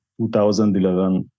2011